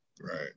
Right